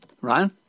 Ryan